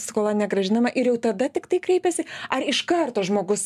skola negrąžinama ir jau tada tiktai kreipiasi ar iškarto žmogus